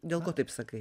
dėl ko taip sakai